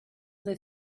they